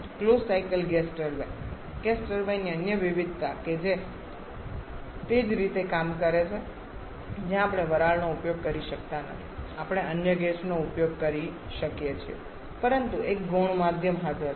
close cycle gas turbine gas ટર્બાઇનની અન્ય વિવિધતા કે જે તે જ રીતે કામ કરે છે જ્યાં આપણે વરાળનો ઉપયોગ કરી શકતા નથી આપણે અન્ય ગેસનો ઉપયોગ કરી શકીએ છીએ પરંતુ એક ગૌણ માધ્યમ હાજર છે